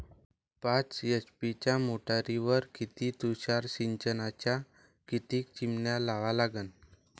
पाच एच.पी च्या मोटारीवर किती तुषार सिंचनाच्या किती चिमन्या लावा लागन?